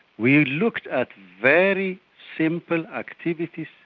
we looked at very simple activities,